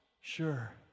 Sure